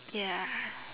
ya